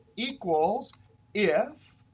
equals if,